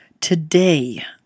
Today